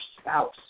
spouse